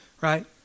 right